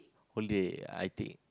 holiday I think